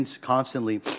constantly